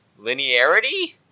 linearity